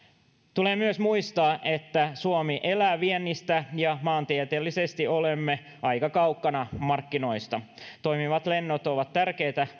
tulee myös muistaa että suomi elää viennistä ja maantieteellisesti olemme aika kaukana markkinoista toimivat lennot ovat tärkeitä